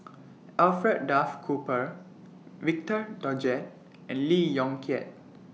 Alfred Duff Cooper Victor Doggett and Lee Yong Kiat